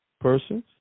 Persons